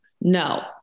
No